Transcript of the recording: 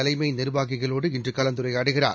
தலைமை நிர்வாகிகளோடு இன்று கலந்துரையாடுகிறார்